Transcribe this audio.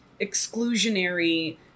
exclusionary